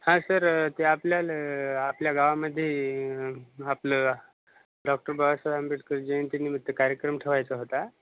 हा सर ते आपल्याला आपल्या गावामध्ये आपलं डॉक्टर बाबासाहेब आंबेडकर जयंतीनिमित्त कार्यक्रम ठेवायचा होता